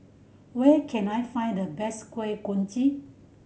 where can I find the best Kuih Kochi